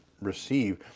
receive